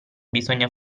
bisogna